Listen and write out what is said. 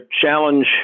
challenge